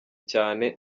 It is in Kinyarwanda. cyane